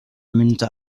münze